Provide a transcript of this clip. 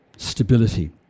stability